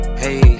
hey